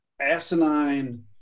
asinine